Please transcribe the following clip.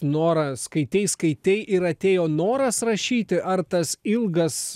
norą skaitei skaitei ir atėjo noras rašyti ar tas ilgas